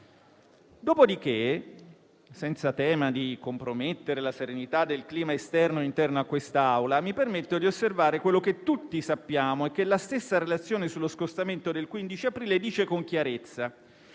Dopodiché, senza tema di compromettere la serenità del clima esterno e interno a quest'Aula, mi permetto di osservare quello che tutti sappiamo e che la stessa relazione sullo scostamento del 15 aprile dice con chiarezza: